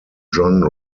john